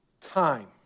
Time